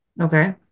Okay